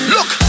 Look